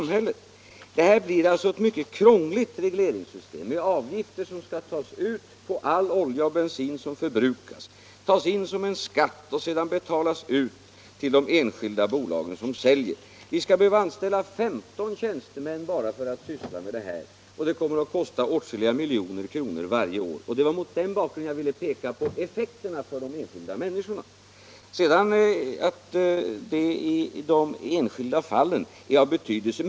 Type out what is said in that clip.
Den reform som här föreslagits innebär ett mycket krångligt regleringssystem med avgifter som skall tas ut på all olja och bensin som förbrukas; avgifterna skall tas in som en skatt och därefter betalas ut till de enskilda bolag som säljer produkterna. Vi skulle behöva anställa 15 tjänstemän bara för att syssla med det här, och det kommer att kosta åtskilliga miljoner kronor varje år. Det var mot den bakgrunden jag ville peka på effekterna av systemet för de enskilda människorna. Sedan är det en annan sak att systemet ändå i de enskilda fallen är av betydelse.